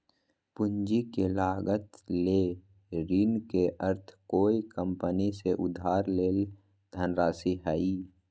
पूंजी के लागत ले ऋण के अर्थ कोय कंपनी से उधार लेल धनराशि हइ